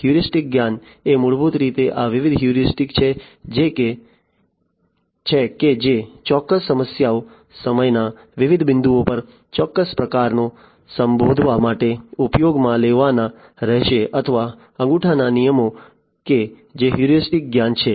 heuristic જ્ઞાન એ મૂળભૂત રીતે આ વિવિધ હ્યુરિસ્ટિકસ છે કે જે ચોક્કસ સમસ્યાઓ સમયના વિવિધ બિંદુઓ પર ચોક્કસ પડકારોને સંબોધવા માટે ઉપયોગમાં લેવાના રહેશે અથવા અંગૂઠાના નિયમો કે જે હ્યુરિસ્ટિક જ્ઞાન છે